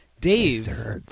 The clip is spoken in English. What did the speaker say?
Dave